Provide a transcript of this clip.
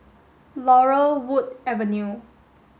Laurel Wood Avenue